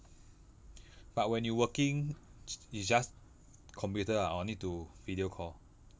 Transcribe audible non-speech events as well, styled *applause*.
but when you working *noise* it just computer ah or need to video call